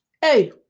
Hey